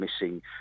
missing